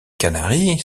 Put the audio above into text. canaries